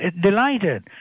delighted